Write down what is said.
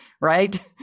Right